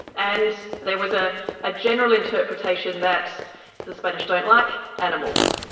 and there was a ah general interpretation that the spanish don't like animals.